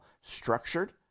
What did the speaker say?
structured